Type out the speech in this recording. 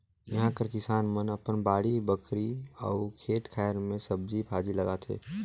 इहां कर किसान मन अपन बाड़ी बखरी अउ खेत खाएर में सब्जी भाजी लगाथें